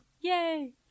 Yay